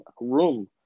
room